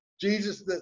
Jesus